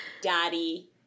daddy